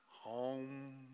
home